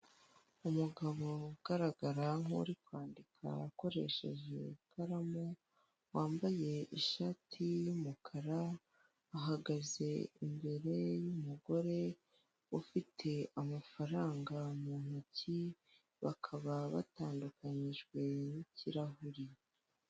Muri banki, harimo umugore uri kubara amafaranga. Imbere y'uyu mugore hari umugabo wambaye ishati y'umukara, akaba ari gusinya urupapuro rw'uko abikije amafaranga.